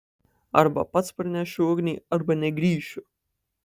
arba pats parnešiu ugnį arba negrįšiu